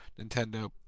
nintendo